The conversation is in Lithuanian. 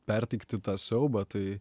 perteikti tą siaubą tai